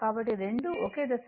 కాబట్టి రెండూ ఒకే దశలో ఉన్నాయి